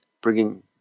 bringing